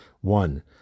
one